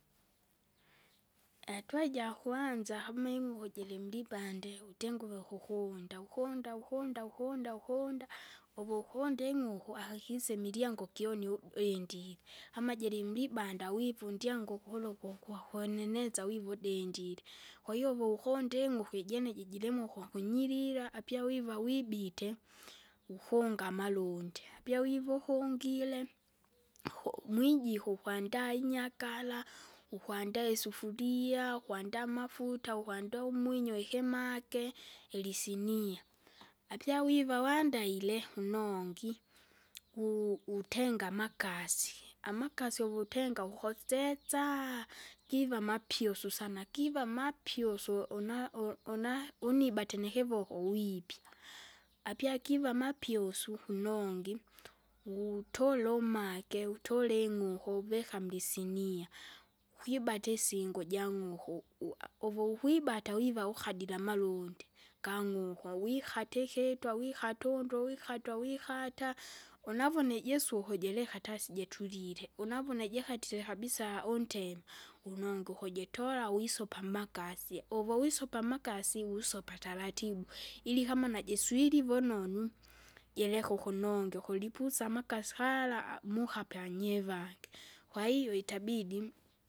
atua jakwanza kama ing'uku jirimulibande utyenguve kukunda, ukunda ukunda ukunda ukunda, uvukundie ing'uku akakise milyangu kyoni ubindile. Kama jili mulibanda wivundya mgukuru kukwa kweneneza vivu udindile, kwahiyo voukonde ing'uku ijene jijili muko kunyirira, apya wiva wibite, kukunga amalundi. Apyawivo ukungire, uhu- mwijiko ukwandaa inyakara, ukwandaa isufuria, ukwandaa amafuta, ukwandaa umwinyo, ikimage, ilisinia. Apya wiva wandaile unongi, wu- utenga amakasi, amakasi uvutenga wukotsesa, jiva amapyusu sana kiva amapyusu, una- u- una unibati nikivoko wipya, apya kiva mapyusu kunongi, utolo ummage utole ing'uku, uvika mlisinia. kwibate isingo jang'uku, u- uvukwibata wiva ukadile amarundi gang'uku wikate ikite untu, wikata wikata, unavuna ijisuku jilikatasi jitulile, unavuna jikatile kabisa untemo, ununge ukujitola wisopa mmakasi, uvuwisopa mmakasi wisopa taratibu, ili kama najiswili vononu. Jereka ukunonge, ukilipusa amakasi gala, mukapya anyivange, kwahiyo itabidi.